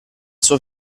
suo